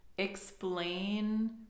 explain